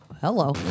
hello